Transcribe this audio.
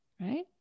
right